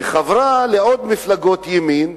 וחברה לעוד מפלגות ימין,